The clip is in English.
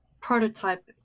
prototype